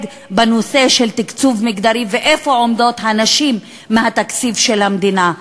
בנושא של תקצוב מגדרי ואיפה עומדות הנשים בתקציב של המדינה,